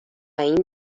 این